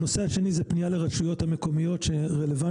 הנושא השני הוא פנייה לרשויות המקומיות הרלוונטיות.